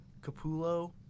Capullo